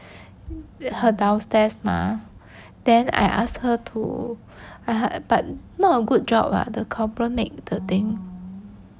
her downstairs mah then I asked her to I had but not a good job ah the cobbler make the thing